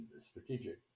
strategic